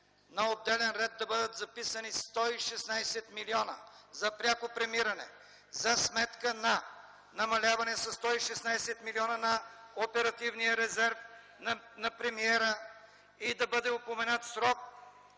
на отделен ред да бъдат записани 116 милиона за пряко премиране за сметка на намаляване със 116 милиона на оперативния резерв на премиера и да бъде упоменат срок